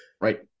Right